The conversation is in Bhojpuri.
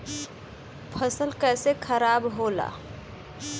फसल कैसे खाराब होला?